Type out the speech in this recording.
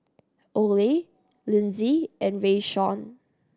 Ole Linzy and Rayshawn